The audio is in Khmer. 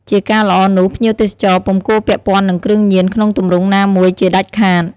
ជាការល្អនោះ ភ្ញៀវទេសចរពុំគួរពាក់ព័ន្ធនឹងគ្រឿងញៀនក្នុងទម្រង់ណាមួយជាដាច់ខាត។